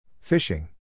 Fishing